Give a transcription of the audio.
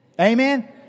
Amen